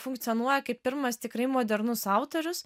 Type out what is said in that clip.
funkcionuoja kaip pirmas tikrai modernus autorius